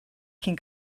cyn